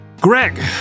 Greg